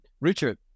Richard